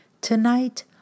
Tonight